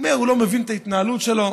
הוא אומר: הוא לא מבין את ההתנהלות שלו.